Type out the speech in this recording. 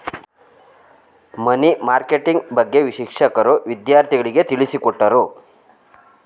ಮನಿ marketing ಬಗ್ಗೆ ಶಿಕ್ಷಕರು ವಿದ್ಯಾರ್ಥಿಗಳಿಗೆ ತಿಳಿಸಿಕೊಟ್ಟರು